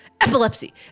epilepsy